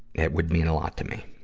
it would mean a lot to me.